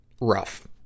rough